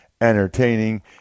entertaining